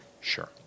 Sure